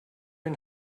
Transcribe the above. and